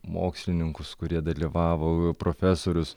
mokslininkus kurie dalyvavo profesorius